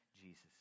Jesus